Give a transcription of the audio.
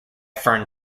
fern